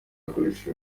yakoresheje